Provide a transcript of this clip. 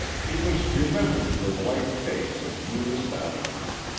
he was remembering her white face of mute astonishment.